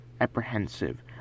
apprehensive